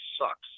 sucks